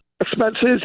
expenses